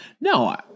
No